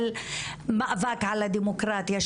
של מאבק על הדמוקרטיה,